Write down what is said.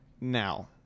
Now